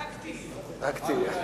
רק טעייה.